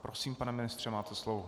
Prosím, pane ministře, máte slovo.